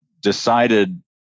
decided